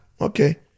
okay